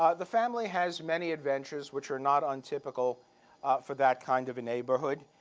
ah the family has many adventures which are not untypical for that kind of a neighborhood.